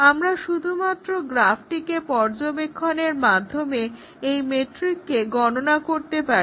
আমরা শুধুমাত্র গ্রাফটিকে পর্যবেক্ষণের মাধ্যমে এই মেট্রিককে গণনা করতে পারি